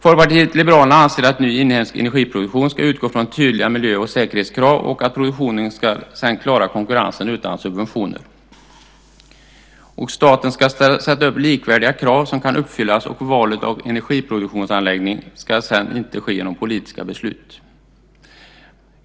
Folkpartiet liberalerna anser att ny inhemsk energiproduktion ska utgå från tydliga miljö och säkerhetskrav och att produktionen ska klara konkurrensen utan subventioner. Staten ska sätta upp likvärdiga krav som kan uppfyllas, och valet av energiproduktionsanläggning ska sedan inte ske genom politiska beslut.